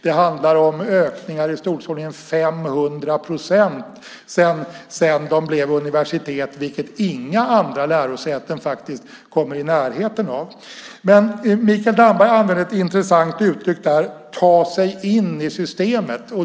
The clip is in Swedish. Det handlar om ökningar i storleksordningen 500 procent sedan de blev universitet, vilket inga andra lärosäten kommer i närheten av. Mikael Damberg använder ett intressant uttryck: ta sig in i systemet.